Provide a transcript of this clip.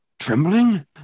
Trembling